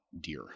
deer